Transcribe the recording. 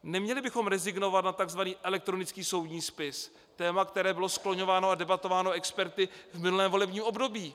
Neměli bychom rezignovat na tzv. elektronický soudní spis, téma, které bylo skloňováno a debatováno experty v minulém volebním období.